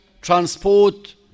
transport